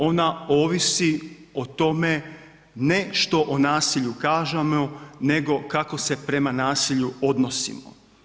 Ona ovisi o tome ne što o nasilju kažemo nego kako se prema nasilju odnosimo.